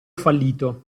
fallito